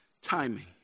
timing